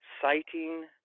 citing